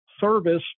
service